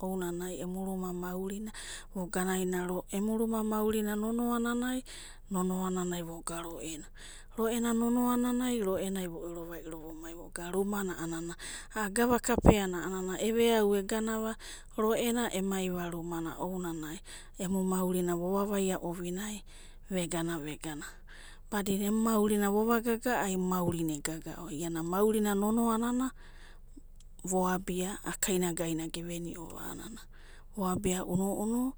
ounanai emu ruma maurina, vo garaina ro, emu rum maurina nono'ananai. nono'ananai vo ga roera isa mia, ema ve'o, a'a maurina do'ourava. vo ouraro ouraro ana ona sibomu maurina imamunai vova gaga'a, ounanai rene rene munai gemiava raidada a'a maurina, maorana vo ouraro venida iada eda abia unu'unu, aeadi iana maurina ve nonoa gainanai, ainanai a'adina maurina iana ve